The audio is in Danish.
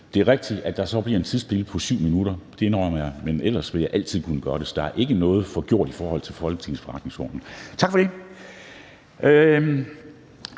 Det er rigtigt, at der så bliver et tidsspilde på 7 minutter – det indrømmer jeg. Men ellers vil jeg altid kunne gøre det, så der er ikke noget forgjort i forhold til Folketingets forretningsorden. Tak for det.